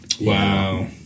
Wow